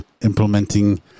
implementing